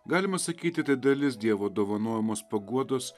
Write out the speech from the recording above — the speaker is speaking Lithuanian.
galima sakyti tai dalis dievo dovanojamos paguodos